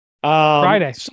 Friday